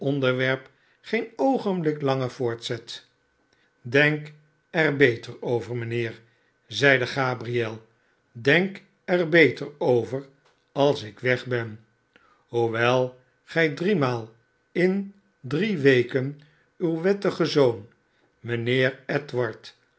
onderwerp geen oogenblik langer voortzet denk er beter over mijnheer zeide gabriel denk er beter over als ik weg ben hoewel gij driemaal in drie weken uw wettigen zoon mijnheer